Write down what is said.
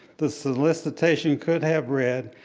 the solicitation could have read,